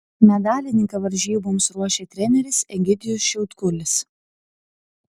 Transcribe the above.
medalininką varžyboms ruošia treneris egidijus šiautkulis